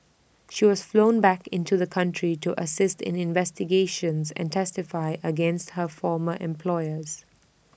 she was flown back into the country to assist in investigations and testify against her former employers